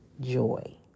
joy